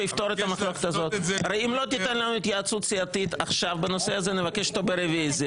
יעגן בחוק את שיטת הסניוריטי שאתם מבקשים להרים עליה יד.